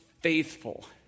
faithful